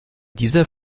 dieser